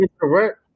correct